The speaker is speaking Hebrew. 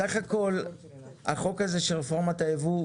בסך הכול החוק הזה של רפורמת היבוא,